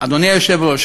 אדוני היושב-ראש,